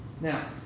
Now